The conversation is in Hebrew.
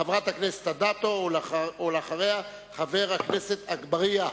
חברת הכנסת אדטו, ואחריה, חבר הכנסת אגבאריה.